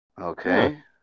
Okay